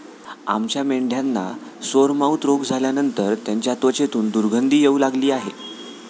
आमच्या मेंढ्यांना सोरमाउथ रोग झाल्यानंतर त्यांच्या त्वचेतून दुर्गंधी येऊ लागली आहे